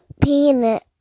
peanut